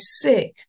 sick